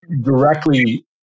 directly